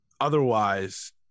otherwise